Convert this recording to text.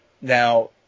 Now